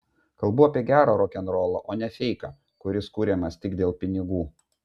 kalbu apie gerą rokenrolą o ne feiką kuris kuriamas tik dėl pinigų